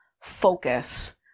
focus